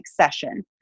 session